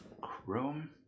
Chrome